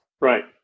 Right